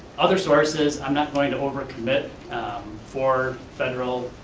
other sources, i'm not going to over-commit for federal,